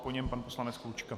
Po něm pan poslanec Klučka.